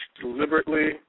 deliberately